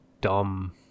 dumb